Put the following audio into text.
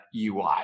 UI